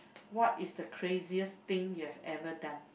what is the craziest thing you have ever done